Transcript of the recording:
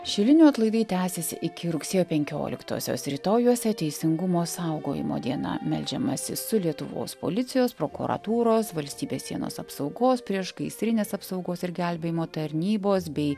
šilinio atlaidai tęsiasi iki rugsėjo penkioliktosios rytojuose teisingumo saugojimo diena meldžiamasi su lietuvos policijos prokuratūros valstybės sienos apsaugos priešgaisrinės apsaugos ir gelbėjimo tarnybos bei